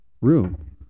room